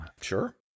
Sure